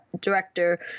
director